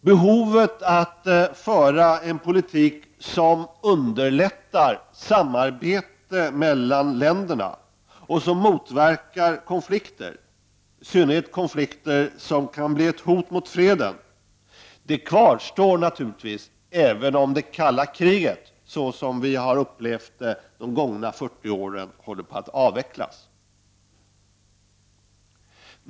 Behovet av att föra en politik som underlättar samarbete mellan länderna och som motverkar konflikter, i synnerhet konflikter som kan bli ett hot mot freden, kvarstår naturligtvis, även om det kalla kriget, såsom vi har upplevt det under de gångna 40 åren, håller på att avvecklas.